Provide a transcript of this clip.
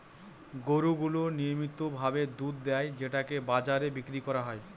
গরু গুলো নিয়মিত ভাবে দুধ দেয় যেটাকে বাজারে বিক্রি করা হয়